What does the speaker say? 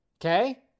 Okay